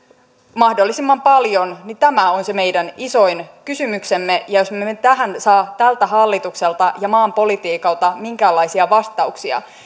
mahdollisimman paljon tämä on se meidän isoin kysymyksemme jos me emme tähän saa tältä hallitukselta ja maan politiikalta minkäänlaisia vastauksia